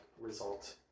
result